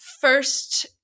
first